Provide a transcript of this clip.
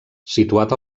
situat